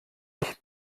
ich